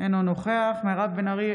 אינו נוכח מירב בן ארי,